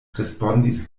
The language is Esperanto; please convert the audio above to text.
respondis